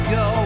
go